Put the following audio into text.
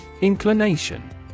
Inclination